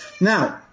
Now